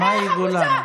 אין לך בושה.